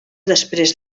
després